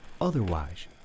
Otherwise